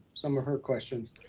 some of her questions,